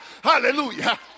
hallelujah